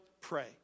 pray